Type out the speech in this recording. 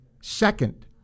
second